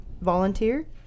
volunteer